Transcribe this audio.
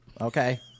Okay